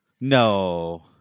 no